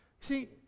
See